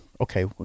okay